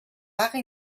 vaga